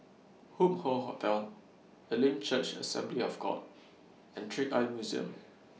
Hup Hoe Hotel Elim Church Assembly of God and Trick Eye Museum